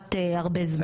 ולקחת הרבה זמן.